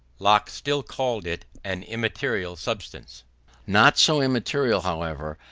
locke still called it an immaterial substance not so immaterial, however,